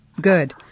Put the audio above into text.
good